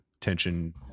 tension